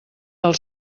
del